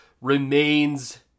remains